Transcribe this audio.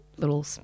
Little